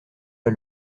pas